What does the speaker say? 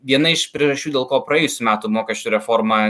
viena iš priežasčių dėl ko praėjusių metų mokesčių reforma